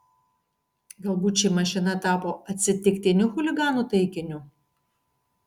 galbūt ši mašina tapo atsitiktiniu chuliganų taikiniu